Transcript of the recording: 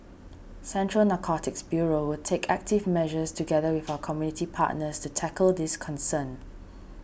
Central Narcotics Bureau will take active measures together with our community partners to tackle this concern